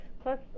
Plus